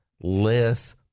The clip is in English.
less